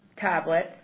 tablets